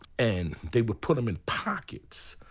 and they would put them in pockets,